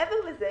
מעבר לזה,